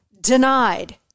Denied